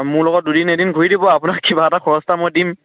মোৰ লগত দুদিন এদিন ঘূৰি দিব আৰু আপোনাক কিবা এটা খৰচ এটা মই দিম